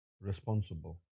responsible